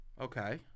Okay